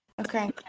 Okay